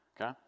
Okay